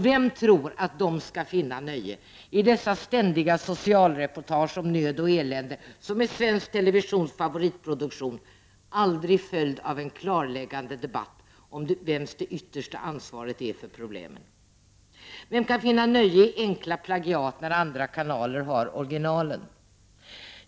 Vem tror att de skall finna nöje i dessa ständiga socialreportage om nöd och elände, som är svensk televisions favoritproduktion — aldrig följda av en klarläggande debatt om vems det yttersta ansvaret är för problemen? Vem kan finna nöje i enkla plagiat, när andra kanaler har originalen?